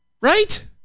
right